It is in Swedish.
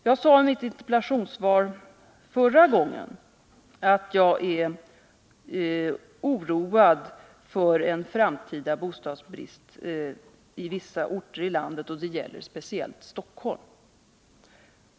Jag sade i mitt interpellationssvar förra gången att jag är oroad för att det kan bli en framtida bostadsbrist i vissa orter i landet och speciellt i Stockholm.